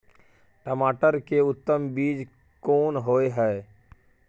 टमाटर के उत्तम बीज कोन होय है?